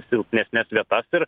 silpnesnes vietas ir